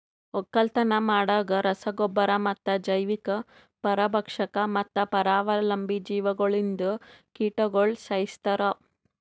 ಒಕ್ಕಲತನ ಮಾಡಾಗ್ ರಸ ಗೊಬ್ಬರ ಮತ್ತ ಜೈವಿಕ, ಪರಭಕ್ಷಕ ಮತ್ತ ಪರಾವಲಂಬಿ ಜೀವಿಗೊಳ್ಲಿಂದ್ ಕೀಟಗೊಳ್ ಸೈಸ್ತಾರ್